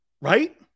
right